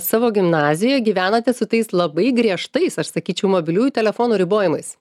savo gimnazijoj gyvenate su tais labai griežtais aš sakyčiau mobiliųjų telefonų ribojimais